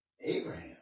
Abraham